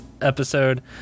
episode